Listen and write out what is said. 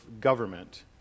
government